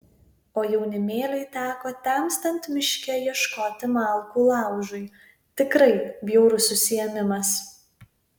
o jaunimėliui teko temstant miške ieškoti malkų laužui tikrai bjaurus užsiėmimas